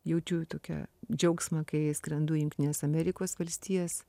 jaučiu tokią džiaugsmą kai skrendu į jungtines amerikos valstijas